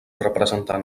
representant